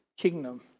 kingdom